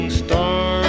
star